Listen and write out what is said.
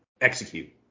execute